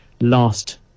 last